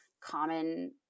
common